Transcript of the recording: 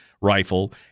rifle